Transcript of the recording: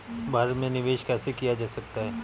भारत में निवेश कैसे किया जा सकता है?